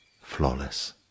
flawless